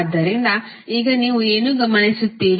ಆದ್ದರಿಂದ ಈಗ ನೀವು ಏನು ಗಮನಿಸುತ್ತೀರಿ